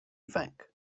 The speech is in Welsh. ifanc